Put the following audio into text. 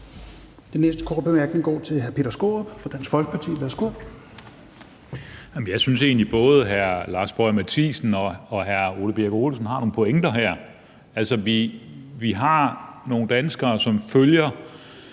Den næste korte bemærkning går til hr. Peter Skaarup fra Dansk Folkeparti. Værsgo. Kl. 15:46 Peter Skaarup (DF): Jeg synes egentlig, at både hr. Lars Boje Mathiesen og hr. Ole Birk Olesen har nogle pointer her. Vi har nogle danskere, som følger